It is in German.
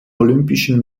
olympischen